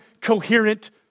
coherent